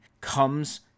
comes